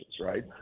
right